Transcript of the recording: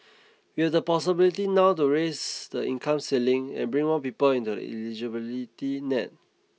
we have the possibility now to raise the income ceiling and bring more people into the eligibility net